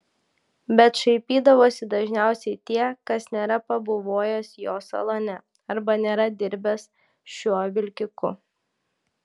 bet šaipydavosi dažniausiai tie kas nėra pabuvojęs jo salone arba nėra dirbęs šiuo vilkiku